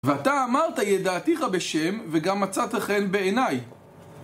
ואתה אמרת ידעתיך בשם וגם מצאת חן בעיניי